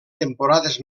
temporades